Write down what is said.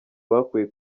bakuwe